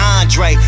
Andre